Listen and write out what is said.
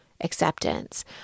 acceptance